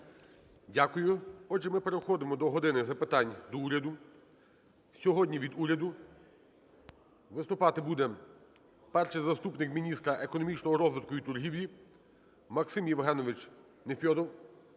Дякую. Отже, ми переходимо до "години запитань до Уряду". Сьогодні від уряду виступати буде перший заступник міністра економічного розвитку і торгівлі Максим ЄвгеновичНефьодов